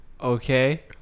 okay